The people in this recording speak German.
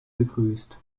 begrüßt